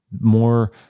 more